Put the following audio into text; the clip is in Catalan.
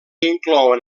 inclouen